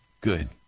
Good